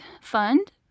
Fund